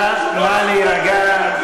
נא להירגע.